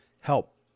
help